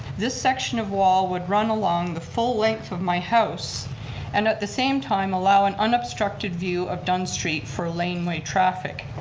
this section of wall would run along the full length of my house and at the same time allow an unobstructed view of dunn street for lane way traffic.